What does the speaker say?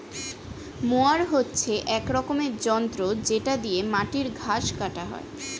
mower হচ্ছে এক রকমের যন্ত্র যেটা দিয়ে মাটির ঘাস কাটা হয়